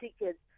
tickets